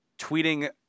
tweeting